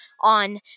on